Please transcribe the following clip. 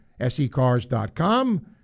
secars.com